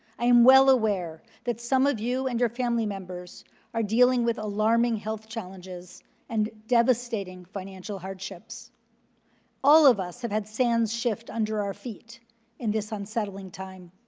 i'm well aware that some of you and your family members are dealing with alarming health challenges and devastating hardship. so all of us have had sands shift under our feet in this unsettling time.